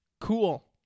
Cool